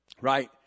right